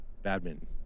Badminton